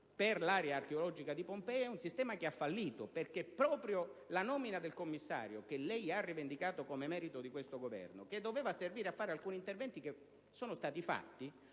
per l'area archeologica di Pompei, è un sistema che ha fallito. Infatti, proprio con la nomina del commissario, che lei ha rivendicato come merito di questo Governo e che doveva servire a realizzare alcuni interventi (che sono stati